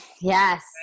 Yes